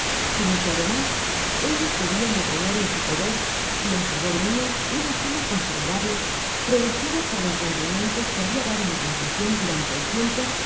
sino que además ellos debiau de tener en su poder y en favor mio una suma considerable producida por los rendimientos que habia dado mi planta cion durante el tiempo